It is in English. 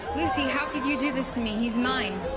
lucy how could you do this to me, he's mine.